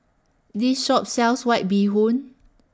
This Shop sells White Bee Hoon